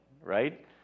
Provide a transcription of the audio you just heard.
right